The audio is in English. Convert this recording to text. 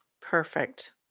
Perfect